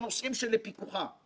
האכיפה הרכה,